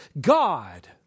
God